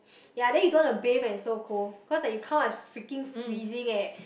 ya then you don't want to bathe when it's so cold cause like you come out as freaking freezing eh